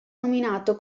nominato